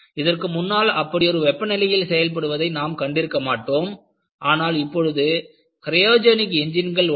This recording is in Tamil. இதற்கு முன்னால் அப்படி ஒரு வெப்பநிலையில் செயல்படுவதை நாம் கண்டிருக்க மாட்டோம் ஆனால் இப்பொழுது கிரையோஜனிக் என்ஜின்கள் உள்ளன